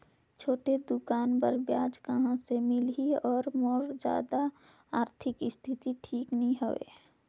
छोटे दुकान बर ब्याज कहा से मिल ही और मोर जादा आरथिक स्थिति ठीक नी हवे?